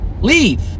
leave